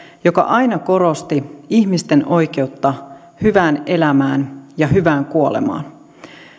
joka aina korosti ihmisten oikeutta hyvään elämään ja hyvään kuolemaan